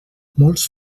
molts